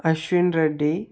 Ashwin Reddy